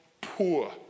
poor